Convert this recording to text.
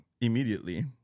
immediately